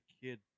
kid